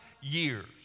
years